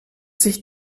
sich